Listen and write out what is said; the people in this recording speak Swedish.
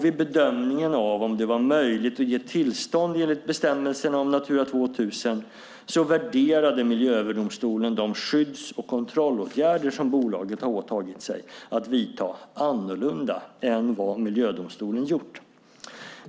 Vid bedömningen av om det var möjligt att ge tillstånd enligt bestämmelserna om Natura 2000 värderade Miljööverdomstolen de skydds och kontrollåtgärder som bolaget har åtagit sig att vidta annorlunda än vad miljödomstolen gjort.